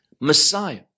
Messiah